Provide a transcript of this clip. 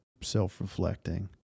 self-reflecting